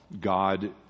God